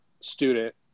student